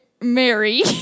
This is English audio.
Mary